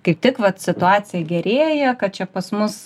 kaip tik vat situacija gerėja kad čia pas mus